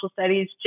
studies